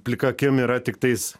plika akim yra tiktais